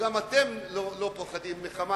וגם אתם לא פוחדים מ"חמאס",